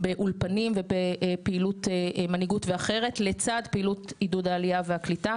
באולפנים ובפעילות מנהיגות ואחרת לצד פעילות עידוד הקליטה והעלייה.